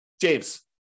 James